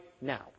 now